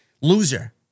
loser